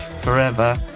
forever